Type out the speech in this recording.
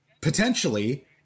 potentially